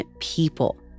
people